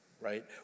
right